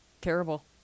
Terrible